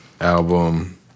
album